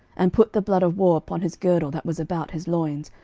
and put the blood of war upon his girdle that was about his loins,